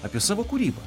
apie savo kūrybą